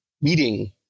meeting